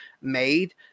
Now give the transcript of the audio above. made